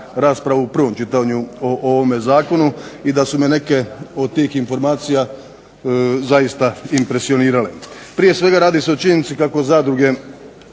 raspravu u prvom čitanju o ovome zakonu i da su me neke od tih informacija zaista impresionirale. Prije svega radi se o činjenici kako zadruge